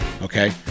Okay